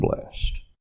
blessed